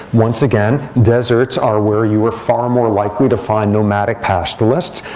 once again, deserts are where you are far more likely to find nomadic pastoralists,